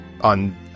on